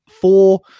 four